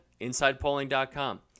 InsidePolling.com